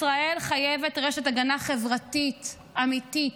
ישראל חייבת רשת הגנה חברתית אמיתית,